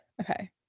Okay